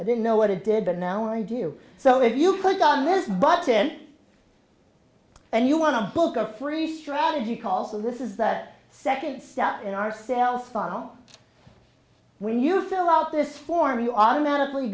i didn't know what it did but now i do so if you put on this button and you want to book a free strategy call so this is that second step in our cell phone when you fill out this form you automatically